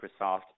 Microsoft